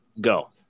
go